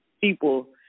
people